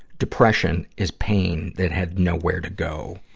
depression is pain that had nowhere to go.